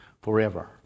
forever